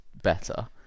Better